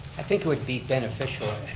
i think it would be beneficial if,